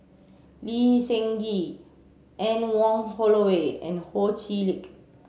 Lee Seng Gee Anne Wong Holloway and Ho Chee Lick